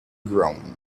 gown